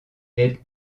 est